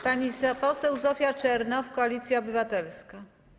Pani poseł Zofia Czernow, Koalicja Obywatelska.